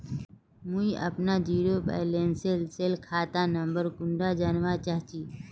मुई अपना zero balance सेल खाता नंबर कुंडा जानवा चाहची?